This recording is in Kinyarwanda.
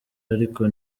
ariko